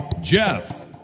Jeff